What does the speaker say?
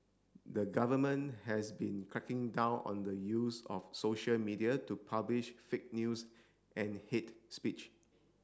the government has been cracking down on the use of social media to publish fake news and hate speech